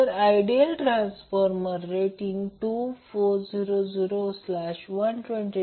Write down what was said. जर ideal transformer rating 2400120 V 9